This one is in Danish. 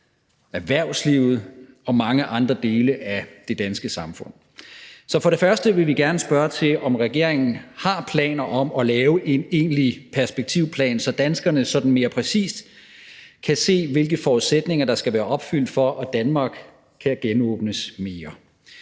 erhvervslivet og mange andre dele af det danske samfund. Så for det første vil vi gerne spørge til, om regeringen har planer om at lave en egentlig perspektivplan, så danskerne sådan mere præcist kan se, hvilke forudsætninger der skal være opfyldt, for at Danmark kan genåbnes mere.